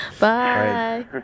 Bye